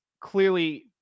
clearly